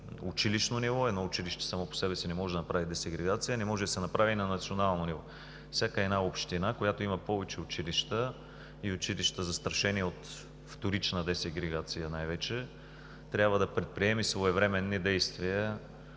училищно ниво. Едно училище само по себе си не може да направи десегрегация. Не може да се направи и на национално ниво. Всяка една община, която има повече училища и училища, застрашени от вторична сегрегация най-вече, трябва да предприеме своевременни действия